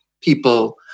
people